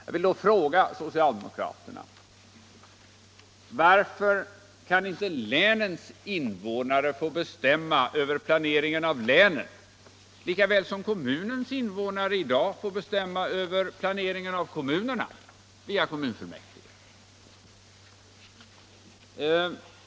Jag vill då fråga socialdemokraterna: Varför kan inte länens invånare få bestämma över planeringen av länen, lika väl som kommunernas invånare i dag via kommunfullmäktige får bestämma över planeringen i kommunerna?